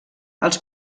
els